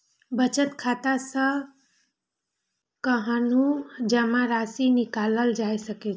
बचत खाता सं कखनहुं जमा राशि निकालल जा सकै छै